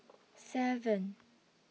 seven